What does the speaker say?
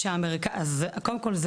אז קודם כל,